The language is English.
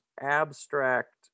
abstract